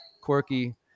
quirky